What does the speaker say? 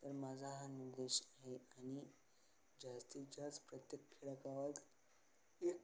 तर माझा हा निर्देश आहे आणि जास्तीत जास्त प्रत्येक खेडेगावात एक